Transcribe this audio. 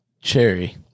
cherry